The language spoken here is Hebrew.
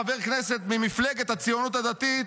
חבר כנסת ממפלגת הציונות הדתית,